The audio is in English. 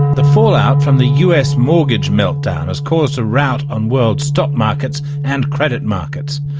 the fallout from the us mortgage meltdown has caused a rout on world stock markets and credit markets.